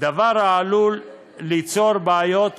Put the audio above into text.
דבר העלול ליצור בעיות פרשניות.